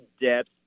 depth